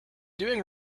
doing